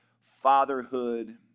fatherhood